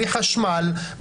בלי חשמל,